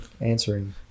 answering